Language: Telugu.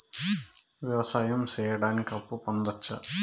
వ్యవసాయం సేయడానికి అప్పు పొందొచ్చా?